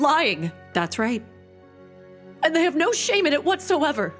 underlying that's right and they have no shame in it whatsoever